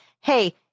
Hey